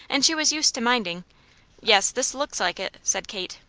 and she was used to minding yes, this looks like it, said kate.